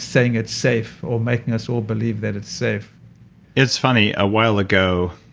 saying it's safe or making us all believe that it's safe it's funny. a while ago,